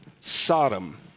Sodom